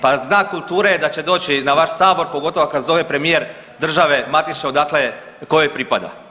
Pa znak kulture je da će doći na vaš sabor, pogotovo ako zove premijer države matične odakle, kojoj pripada.